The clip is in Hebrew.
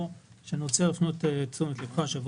אני רוצה להפנות את תשומת ליבך לנקודה אחת בצו,